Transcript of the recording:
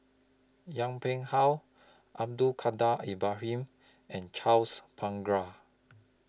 Yong Pung How Abdul Kadir Ibrahim and Charles Paglar